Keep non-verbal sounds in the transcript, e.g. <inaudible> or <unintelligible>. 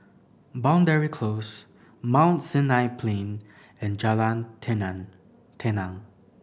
Boundary Close Mount Sinai Plain and Jalan <unintelligible> Tenang